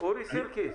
אורי סירקיס